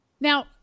Now